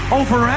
over